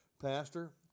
Pastor